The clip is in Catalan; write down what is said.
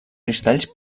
cristalls